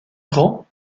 grand